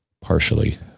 partially